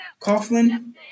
Coughlin